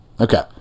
Okay